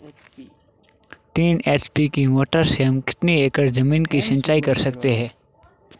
तीन एच.पी की मोटर से हम कितनी एकड़ ज़मीन की सिंचाई कर सकते हैं?